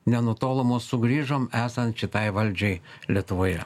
nenutolom o sugrįžom esant šitai valdžiai lietuvoje